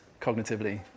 cognitively